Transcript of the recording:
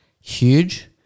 Huge